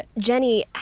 jenny,